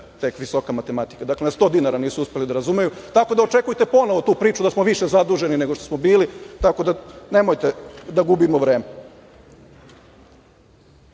tek visoka matematika. Dakle, na 100 dinara nisu uspeli da razumeju, tako da očekujte ponovo tu priču da smo više zaduženi nego što smo bili. Nemojte da gubimo vreme. Naveli